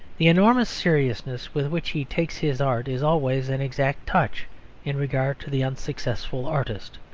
the enormous seriousness with which he takes his art is always an exact touch in regard to the unsuccessful artist.